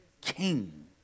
king